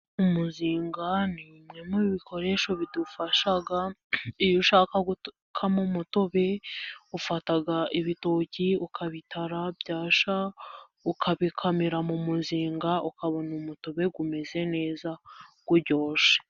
Umuzinga ni bimwe mu bikoresho bidufasha, iyo ushaka gukama umutobe ufata ibitoki ukabitara byasha ukabikamira mu muzinga ,ukabona umutobe umeze neza uryoshe .